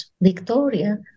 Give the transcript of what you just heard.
Victoria